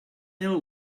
ill